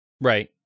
Right